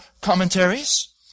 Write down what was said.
commentaries